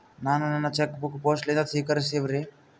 ನಾನು ನನ್ನ cheque book post ಲಿಂದ ಸ್ವೀಕರಿಸಿವ್ರಿ